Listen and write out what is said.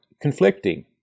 conflicting